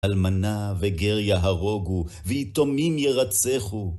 אלמנה וגר יהרוגו, ויתומים ירצחו.